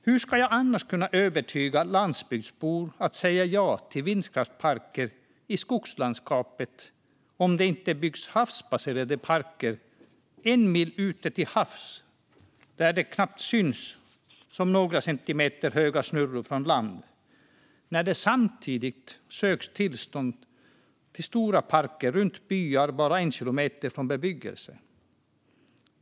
Hur ska jag kunna övertyga landsbygdsbor om att säga ja till vindkraftsparker i skogslandskapet om det inte byggs havsbaserade parker en mil ute till havs, där de bara syns som några centimeter höga snurror från land, när det samtidigt söks tillstånd för stora parker runt byar bara en kilometer från bebyggelse?